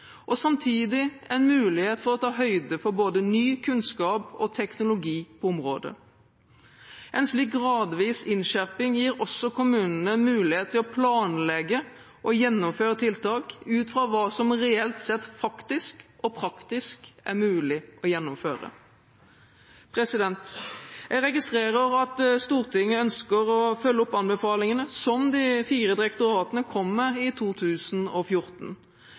og samtidig en mulighet for å ta høyde for både ny kunnskap og teknologi på området. En slik gradvis innskjerping gir også kommunene mulighet til å planlegge og gjennomføre tiltak, ut fra hva som reelt sett faktisk og praktisk er mulig å gjennomføre. Jeg registrerer at Stortinget ønsker å følge opp anbefalingene som de fire direktoratene kom med i 2014.